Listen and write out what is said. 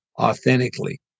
authentically